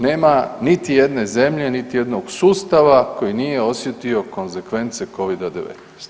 Nema niti jedne zemlje, niti jednog sustava koji nije osjetio konsekvence Covida-19.